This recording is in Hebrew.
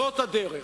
זאת הדרך.